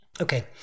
Okay